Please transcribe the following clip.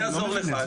אני לא מבין את זה.